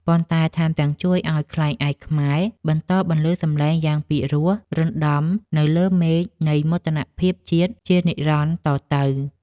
ប៉ុន្តែថែមទាំងជួយឱ្យ ខ្លែងឯកខ្មែរ បន្តបន្លឺសំឡេងយ៉ាងពីរោះរណ្ដំនៅលើមេឃនៃមោទនភាពជាតិជានិរន្តរ៍តទៅ។